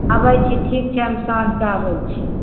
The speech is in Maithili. आबै छी ठीक छै हम साँझके आबै छी